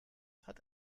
hat